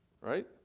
Right